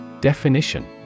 Definition